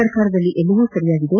ಸರ್ಕಾರದಲ್ಲಿ ಎಲ್ಲವೂ ಸರಿಯಾಗಿದೆ